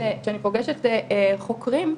שאני פוגשת חוקרים,